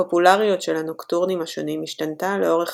הפופולריות של הנוקטרונים השונים השתנתה לאורך